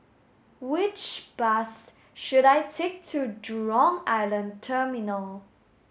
which bus should I take to Jurong Island Terminal